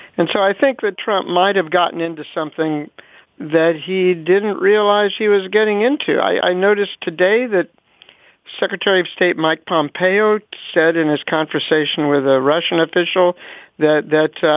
and so i think that trump might have gotten into something that he didn't realize she was getting into. i noticed today that secretary of state mike pompeo said in his conversation with a russian official that that,